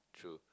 true